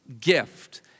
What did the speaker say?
gift